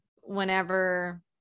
whenever